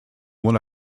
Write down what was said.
one